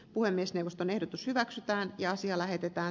puhemiesneuvoston ehdotus hyväksytään ministerin nyt puuttua